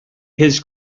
his